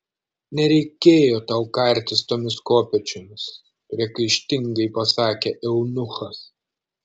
nereikėjo tau kartis tomis kopėčiomis priekaištingai pasakė eunuchas